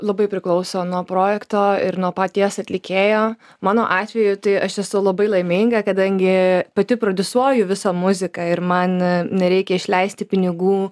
labai priklauso nuo projekto ir nuo paties atlikėjo mano atveju tai aš esu labai laiminga kadangi pati prodiusuoju visą muziką ir man nereikia išleisti pinigų